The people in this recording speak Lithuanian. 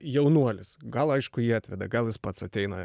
jaunuolis gal aišku jį atveda gal jis pats ateina